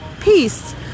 peace